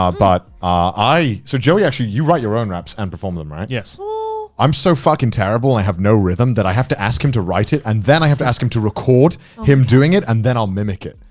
um but i. so joey actually you write your own raps and perform them, right? yes. so i'm so fucking terrible, i have no rhythm that i have to ask him to write it, and then i have to ask him to record him doing it and then i'll mimic it.